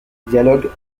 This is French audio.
dialogue